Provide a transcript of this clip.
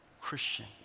Christian